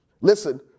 Listen